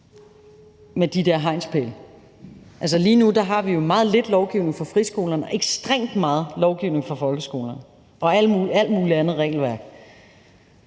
med de der hegnspæle. Altså, lige nu har vi jo meget lidt lovgivning for friskolerne og ekstremt meget lovgivning og alt muligt andet regelværk